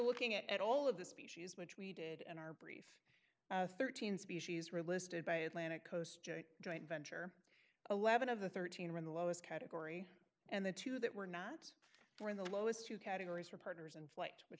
looking at all of the species which we did and our brief thirteen species were listed by atlantic coast joint venture eleven of the thirteen are in the lowest category and the two that were not are in the lowest two categories for partners and flight which